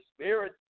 spirit